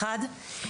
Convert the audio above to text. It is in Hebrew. אחד,